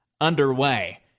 underway